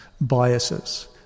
biases